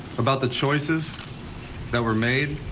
about the choices that were made.